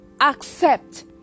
accept